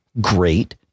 great